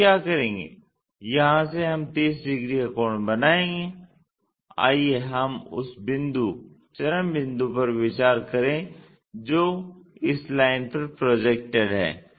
तो हम क्या करेंगे यहाँ से हम 30 डिग्री का कोण बनाएंगे आइए हम उस बिंदु चरम बिंदु पर विचार करें जो इस लाइन पर प्रोजेक्टेड है